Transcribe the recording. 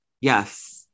Yes